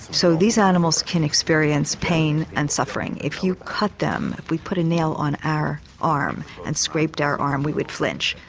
so these animals can experience pain and suffering. if you cut them we put a nail on our arm and scraped our arm we would flinch,